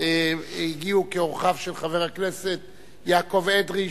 הגיעו כאורחיו של חבר הכנסת יעקב אדרי,